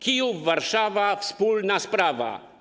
Kijów, Warszawa - wspólna sprawa.